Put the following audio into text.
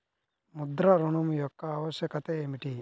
ముద్ర ఋణం యొక్క ఆవశ్యకత ఏమిటీ?